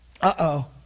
Uh-oh